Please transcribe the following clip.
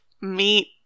meet